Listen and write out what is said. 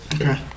Okay